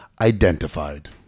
identified